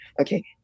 Okay